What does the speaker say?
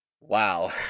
wow